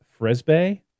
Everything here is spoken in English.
Fresbe